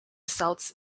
celts